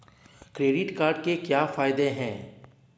Credit card के क्या फायदे हैं?